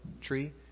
tree